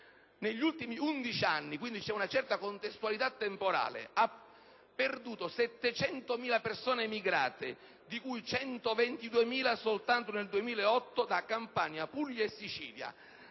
negli ultimi 11 anni (c'è quindi una certa contestualità temporale), ha perduto 700.000 persone emigrate (di cui 122.000 soltanto nel 2008) da Campania, Puglia e Sicilia.